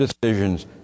decisions